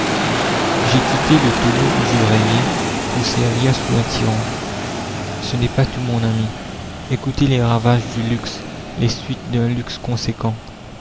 j'ai quitté le tonneau où je régnais pour servir sous un tyran ce n'est pas tout mon ami écoutez les ravages du luxe les suites d'un luxe conséquent